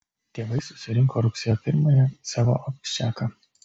tėvai susirinko rugsėjo pirmąją savo abščiaką